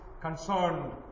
concerned